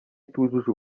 itujuje